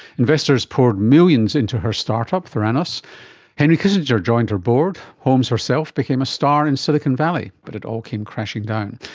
investors poured millions into her start-up, theranos. henry kissinger joined her board. holmes herself became a star in silicon valley. but it all came crashing down.